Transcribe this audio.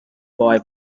boy